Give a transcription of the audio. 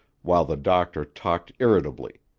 while the doctor talked irritably